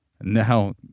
now